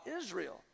Israel